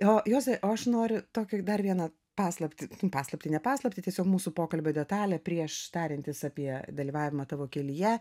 o juozai o aš noriu tokią dar vieną paslaptį paslaptį ne paslaptį tiesiog mūsų pokalbio detalė prieš tariantis apie dalyvavimą tavo kelyje